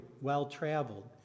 well-traveled